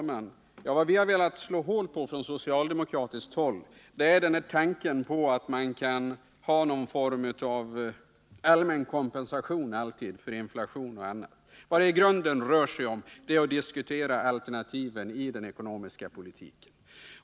Herr talman! Vad vi från socialdemokratiskt håll velat slå hål på är tanken att man alltid kan ha någon form av allmän kompensation för inflation och annat. Vad det i grunden rör sig om är att diskutera alternativen i den ekonomiska politiken.